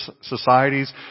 societies